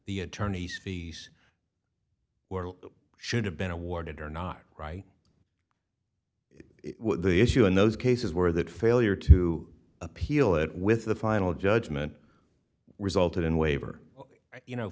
the attorneys fees were should have been awarded or not right the issue in those cases were that failure to appeal it with the final judgment resulted in waiver you know